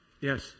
Yes